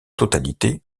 totalité